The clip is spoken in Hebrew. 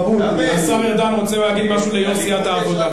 השר ארדן רוצה להגיד משהו ליו"ר סיעת העבודה.